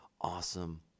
awesome